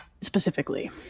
specifically